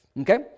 okay